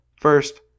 First